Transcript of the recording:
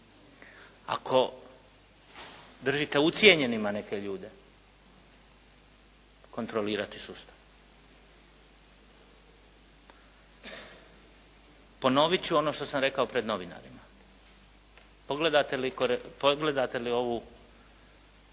ako držite ucijenjenima neke ljude kontrolirati sustav. Ponovit ću ono što sam rekao pred novinarima. Pogledate li,